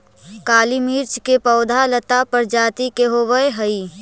काली मिर्च के पौधा लता प्रजाति के होवऽ हइ